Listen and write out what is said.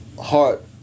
heart